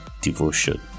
devotion